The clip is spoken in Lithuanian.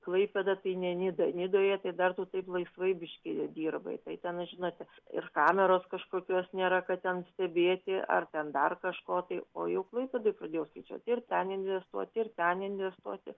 klaipėda tai ne nida nidoje tai dar tu taip laisvai biški dirbai tai ten žinote ir kameros kažkokios nėra kad ten stebėti ar ten dar kažko tai o jau klaipėdoj pradėjau skaičiuoti ir ten investuoti ir ten investuoti